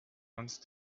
once